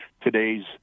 today's